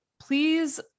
please